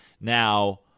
now